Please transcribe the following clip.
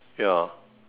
ya